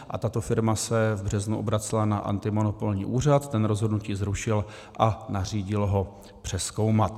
A tato firma se v březnu obracela na antimonopolní úřad, ten rozhodnutí zrušil a nařídil ho přezkoumat.